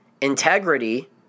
Integrity